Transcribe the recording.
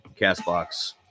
CastBox